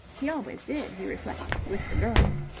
he always did, he reflected, with the girls.